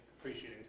appreciating